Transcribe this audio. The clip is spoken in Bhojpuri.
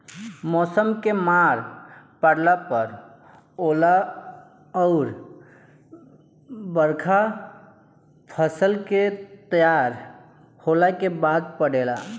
मौसम के मार पड़ला पर ओला अउर बरखा फसल के तैयार होखला के बाद पड़ेला